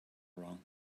wrong